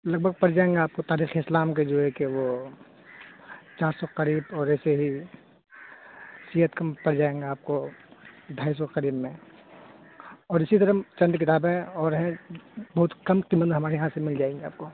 لگ بھگ پڑ جائیں گے آپ کو تاریخ اسلام کے جو ہیں کہ وہ چار سو کے قریب اور ایسے ہی یہ کم پڑ جائیں گے آپ کو ڈھائی سو کے قریب میں اور اسی طرح چند کتابیں اور ہیں بہت کم قیمت پر ہمارے یہاں سے مل جائیں گی آپ کو